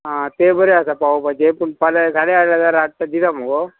आं तें बरें आसा पावोपाचें पूण फाल्यां साडे आट हजार आट ते दिता मुगो